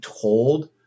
told